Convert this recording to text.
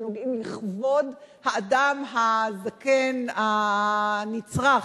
שנוגעים בכבוד האדם הזקן הנצרך,